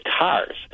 cars